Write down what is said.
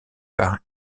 par